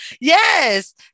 yes